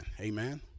Amen